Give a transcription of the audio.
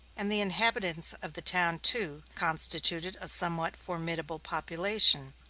and the inhabitants of the town, too, constituted a somewhat formidable population,